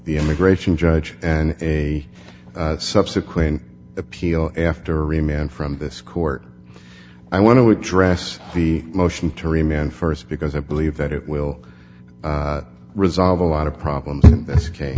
the immigration judge and a subsequent appeal after remand from this court i want to address the motion terry mann st because i believe that it will resolve a lot of problems in this case